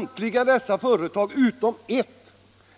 Samtliga dessa företag utom ett